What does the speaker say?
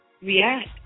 react